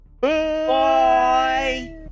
Bye